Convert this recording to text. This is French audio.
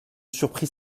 surprit